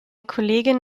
kollegin